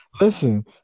Listen